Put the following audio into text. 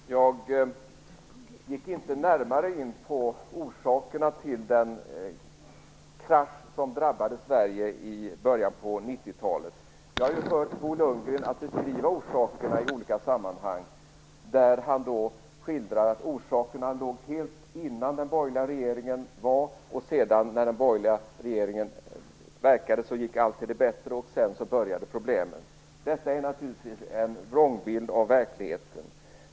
Fru talman! Jag gick inte närmare in på orsakerna till den krasch som drabbade Sverige i början på 90 talet. Jag har hört Bo Lundgren beskriva orsakerna i olika sammanhang, där han hävdar att orsakerna helt låg före den borgerliga regeringens tid. Under tiden den borgerliga regeringen verkade blev allt till det bättre, och sedan började problemen igen. Detta är naturligtvis en vrångbild av verkligheten.